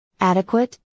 Adequate